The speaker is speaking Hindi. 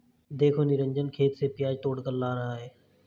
देखो निरंजन खेत से प्याज तोड़कर ला रहा है